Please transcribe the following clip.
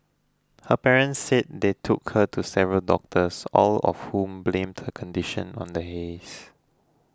her parents said they took her to several doctors all of whom blamed her condition on the haze